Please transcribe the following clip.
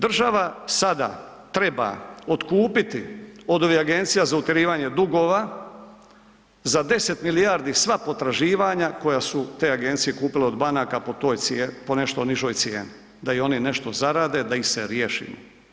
Država sada treba otkupiti od ovih Agencija za utjerivanje dugova za 10 milijardi sva potraživanja koja su te agencije kupile od banaka po toj, po nešto nižoj cijeni, da i oni nešto zarade, da ih se riješimo.